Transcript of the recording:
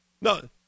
No